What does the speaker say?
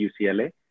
UCLA